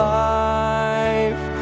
life